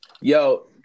Yo